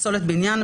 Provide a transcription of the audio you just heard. פסולת בניין,